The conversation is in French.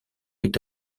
est